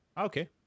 Okay